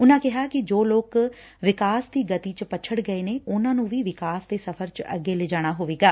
ਉਨਾਂ ਕਿਹਾ ਕਿ ਜੋ ਲੋਕ ਵਿਕਾਸ ਦੀ ਗਤੀ ਚ ਪੱਛੜ ਗਏ ਨੇ ਉਨੂਾਂ ਨੂੰ ਵੀ ਵਿਕਾਸ ਦੇ ਸਫ਼ਰ ਚ ਅੱਗੇ ਲਿਜਾਣਾ ਹੋਵੇਗਾ